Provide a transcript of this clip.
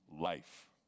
life